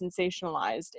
sensationalized